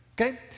Okay